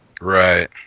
right